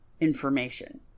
information